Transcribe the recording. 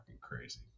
crazy